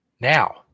now